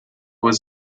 was